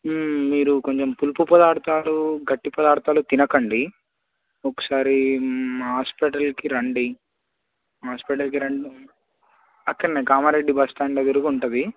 మీరు కొంచెం పులుపు పదార్థాలు గట్టి పదార్థాలు తినకండి ఒకసారి హాస్పిటల్కి రండి హాస్పిటల్కి రండి అక్కడ్నే కామారెడ్డి బస్టాండ్ దగ్గరగా ఉంటుంది